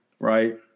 Right